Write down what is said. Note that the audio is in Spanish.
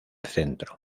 centro